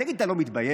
תגיד, אתה לא מתבייש?